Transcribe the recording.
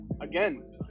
again